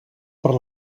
per